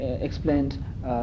explained